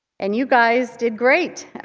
and you guys did great.